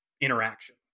interaction